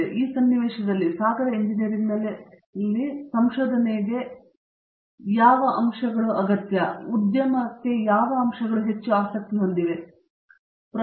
ಆದ್ದರಿಂದ ಈ ಸನ್ನಿವೇಶದಲ್ಲಿ ಸಾಗರ ಎಂಜಿನಿಯರಿಂಗ್ನಲ್ಲಿ ಅಥವಾ ಸಂಶೋಧನೆಗೆ ಯಾವ ಅಂಶಗಳು ಉದ್ಯಮಕ್ಕೆ ಹೆಚ್ಚು ಆಸಕ್ತಿಯಿಂದಿರಬಹುದು